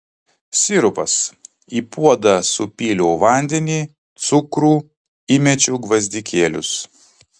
sirupas į puodą supyliau vandenį cukrų įmečiau gvazdikėlius